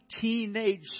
teenage